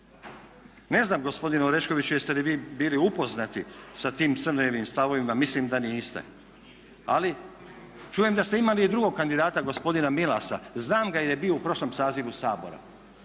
Ne znam gospodine Oreškoviću jeste li bili upoznati sa tim Crnojevim stavovima, mislim da niste ali čujem da ste imali i drugog kandidata gospodina Milasa znam ga jer je bio u prošlom sazivu Sabora.